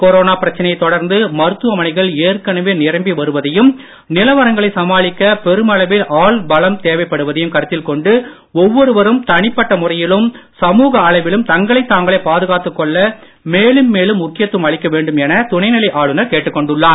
corona பிரச்சனையைத் தொடர்ந்து மருத்துவமனைகள் ஏற்கனவே நிரம்பி வருவதையும் நிலவரங்களை சமாளிக்க பெருமளவில் ஆள் பலம் தேவைப்படுவதையும் கருத்தில் கொண்டு ஒவ்வொருவரும் தனிப்பட்ட முறையிலும் சமூக அளவிலும் தங்களைத் தாங்களே பாதுகாத்துக் கொள்ள மேலும் மேலும் முக்கியத்துவம் அளிக்க வேண்டும் எனத் துணைநிலை ஆளுநர் கேட்டுக் கொண்டுள்ளார்